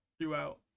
throughout